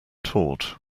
taught